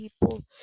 people